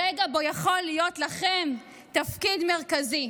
רגע שבו יכול להיות לכם תפקיד מרכזי,